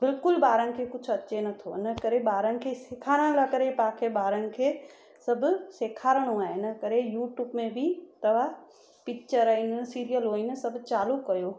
बिल्कुलु ॿारनि खे कुझु अचे नथो इन करे ॿारनि खे सिखारण लाइ करे तव्हांखे ॿारनि खे सभु सिखारिणो आहे हिन करे यूट्यूब में बि तव्हां पिचर आहिनि सीरियलूं आहिनि सभु चालू कयो